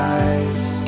eyes